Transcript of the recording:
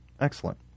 Excellent